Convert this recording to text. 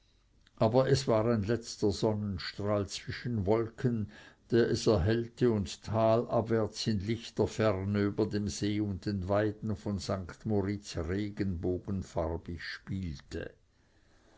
aber es war ein letzter sonnenstrahl zwischen wolken der es erhellte und talabwärts in lichter ferne über dem see und den weiden von st moritz regenbogenfarbig spielte